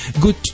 good